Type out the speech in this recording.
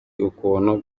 ukuntu